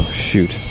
shoot